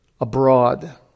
abroad